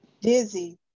Dizzy